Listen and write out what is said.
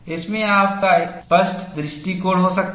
इसमें आपका स्पष्ट दृष्टिकोण हो सकता है